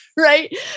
right